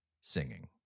singing